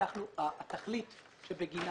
התכלית שבגינה